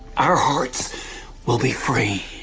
our hearts will be free